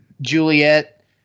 Juliet